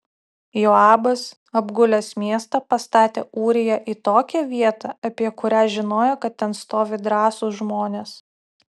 joabas apgulęs miestą pastatė ūriją į tokią vietą apie kurią žinojo kad ten stovi drąsūs žmonės